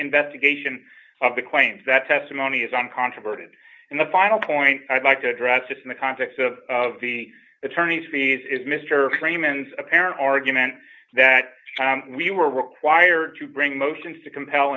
investigation of the claims that testimony is uncontroverted and the final point i'd like to address in the context of the attorney's fees is mr freeman's apparent argument that we were required to bring motions to compel